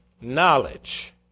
knowledge